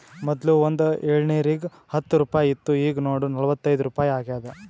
ಮೊದ್ಲು ಒಂದ್ ಎಳ್ನೀರಿಗ ಹತ್ತ ರುಪಾಯಿ ಇತ್ತು ಈಗ್ ನೋಡು ನಲ್ವತೈದು ರುಪಾಯಿ ಆಗ್ಯಾದ್